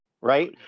Right